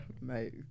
mate